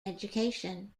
education